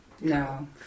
no